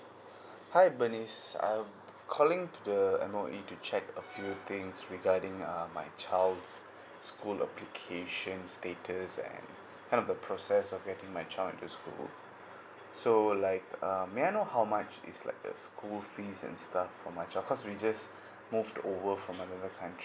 hi bernice I'm calling to the M_O_E to check a few things regarding uh my child's school application status and kind of the process of getting my child into school so like um may I know how much is like the school fees and stuff how much uh cause we just move over from another country